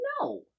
No